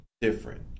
different